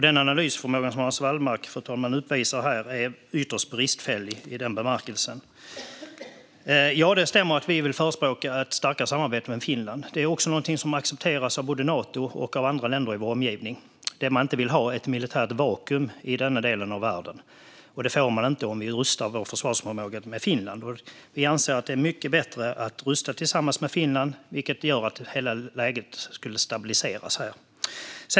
Den analysförmåga som Hans Wallmark uppvisar här, fru talman, är ytterst bristfällig i denna bemärkelse. Ja, det stämmer att vi förespråkar ett starkare samarbete med Finland. Det är också något som accepteras av både Nato och andra länder i vår omgivning. Det man inte vill ha är ett militärt vakuum i denna del av världen, och det får man inte om vi rustar vår försvarsförmåga med Finland. Vi anser att det är mycket bättre att rusta tillsammans med Finland, vilket skulle göra att hela läget stabiliseras här.